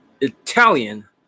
Italian